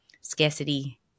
scarcity